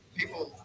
people